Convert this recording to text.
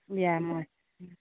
ओएह